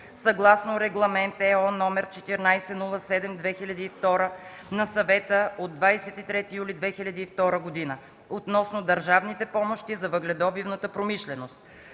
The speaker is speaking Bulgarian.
съгласно Регламент (ЕО) № 1407/2002 на Съвета от 23 юли 2002 г. относно държавните помощи за въгледобивната промишленост;